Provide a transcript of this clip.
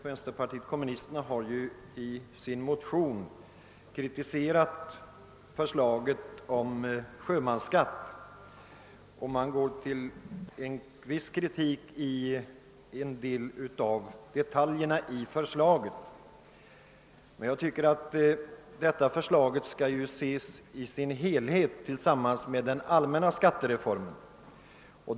Vänsterpartiet kommunisterna har i sin motion, som fru Ryding här talade för, kritiserat vissa detaljer i förslaget om sjömansskatten, men jag tycker att detta ärende bör ses tillsammans med den allmännna skatte reformen.